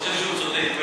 הוא חושב שהוא צודק,